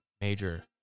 major